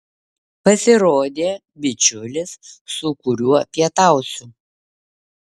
pasirodė bičiulis su kuriuo pietausiu